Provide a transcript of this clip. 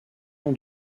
nom